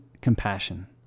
compassion